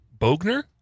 Bogner